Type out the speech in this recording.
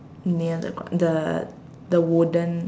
near the co~ the the wooden